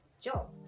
job